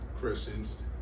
Christians